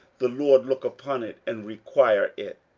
the lord look upon it, and require it.